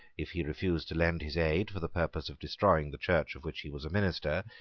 if he refused to lend his aid for the purpose of destroying the church of which he was a minister,